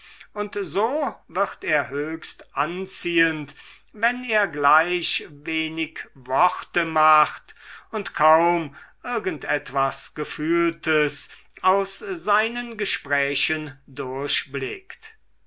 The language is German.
und so wird er höchst anziehend wenn er gleich wenig worte macht und kaum irgend etwas gefühltes aus seinen gesprächen